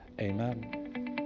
amen